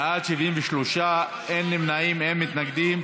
בעד, 73, אין נמנעים, אין מתנגדים.